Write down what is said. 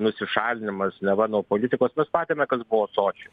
nusišalinimas neva nuo politikos mes matėme kas buvo sočy